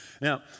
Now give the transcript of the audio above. Now